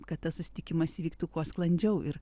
kad tas susitikimas įvyktų kuo sklandžiau ir